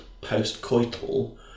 post-coital